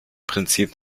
prinzip